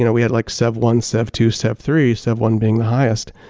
you know we had like sev one, sev two, sev three, sev one being the highest.